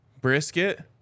Brisket